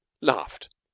laughed